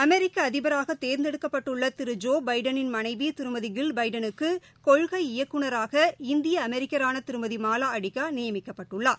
அமெிக்க அதிபராக தேர்ந்தெடுக்கப்பட்டுள்ள திரு ஜோ எபடனின் மனைவி திருமதி கில் பைடனுக்கு கொள்கை இயக்குநராக இந்திய அமெரிக்கரான திருமதி மாலா அடிகா நியமிக்கப்பட்டுள்ளார்